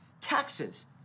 Taxes